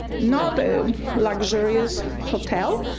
not a luxurious hotel,